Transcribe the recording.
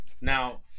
Now